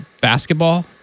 basketball